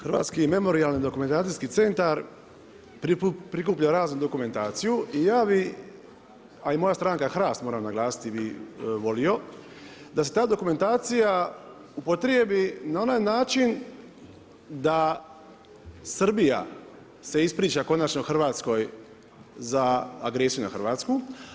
Hrvatski memorijalni dokumentacijski centar prikuplja raznu dokumentaciju i ja bi a i moja stranka HRAST, moram naglasiti bi volio da se ta dokumentacija upotrijebi na onaj način da Srbija se ispriča konačno Hrvatskoj za agresijom nad Hrvatskom.